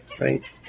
right